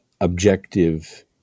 objective